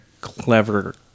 clever